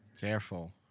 Careful